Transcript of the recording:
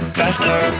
faster